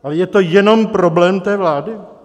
Ale je to jenom problém té vlády?